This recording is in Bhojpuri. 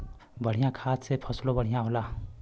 बढ़िया खाद से फसलों बढ़िया होला